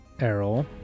Errol